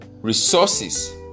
resources